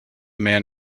man